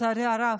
לצערי הרב,